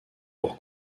pour